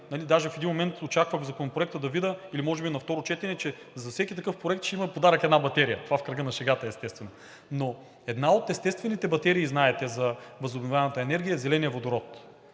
даже в един момент очаквах в Законопроекта да видя, или може би на второ четене, че за всеки такъв проект ще има подарък една батерия. Това – в кръга на шегата, естествено. Една от естествените батерии, знаете, за възобновяемата енергия е зеленият водород,